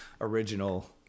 original